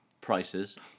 prices